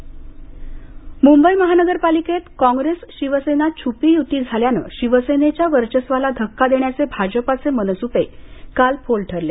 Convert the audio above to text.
छुपी युती मुंबई महानगरपालिकेत कॉंग्रेस शिवसेना छुपी यु्ती झाल्यानं शिवसेनेच्या वर्चस्वाला धक्का देण्याचे भाजपचे मनसुंबे काल फोल ठरले